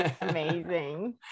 Amazing